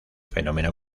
fenómeno